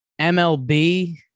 MLB